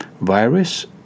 virus